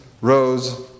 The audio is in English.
rose